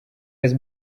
was